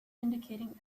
indicating